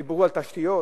דיברו על תשתיות.